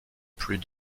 plus